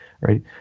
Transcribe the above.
right